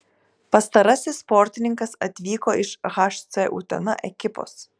pastarasis sportininkas atvyko iš hc utena ekipos